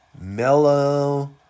mellow